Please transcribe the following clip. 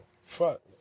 Fuck